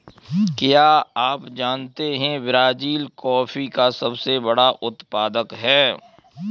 क्या आप जानते है ब्राज़ील कॉफ़ी का सबसे बड़ा उत्पादक है